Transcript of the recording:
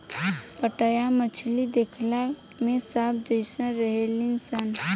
पाटया मछली देखला में सांप जेइसन रहेली सन